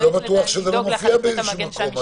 אני לא בטוח שזה לא מופיע באיזשהו מקום.